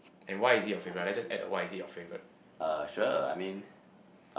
and why is it your favourite let's just add why is it your favourite